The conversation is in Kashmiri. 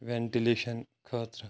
وٮ۪نٹلیشَن خٲطرٕ